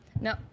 No